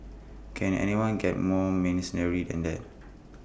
can anyone get more mercenary than that